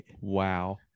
Wow